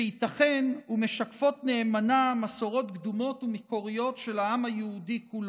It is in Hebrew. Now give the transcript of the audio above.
שייתכן שמשקפת נאמנה מסורות קדומות ומקוריות של העם היהודי כולו.